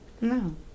No